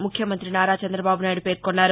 ముఖ్యమంతి నారా చంద్రబాబు నాయుడు పేర్కొన్నారు